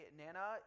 nana